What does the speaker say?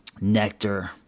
nectar